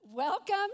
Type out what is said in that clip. Welcome